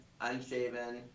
unshaven